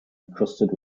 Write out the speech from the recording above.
encrusted